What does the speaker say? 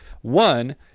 One